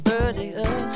earlier